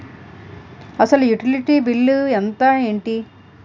అసలు utility bill అంతే ఎంటి?